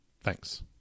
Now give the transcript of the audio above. Thanks